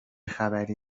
خبری